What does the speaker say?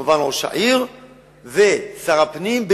כמובן של ראש העיר ושר הפנים,